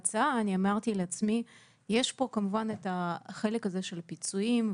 אמרתי לעצמי שחוץ מהחלק של הפיצויים,